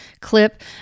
clip